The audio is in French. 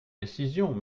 décisions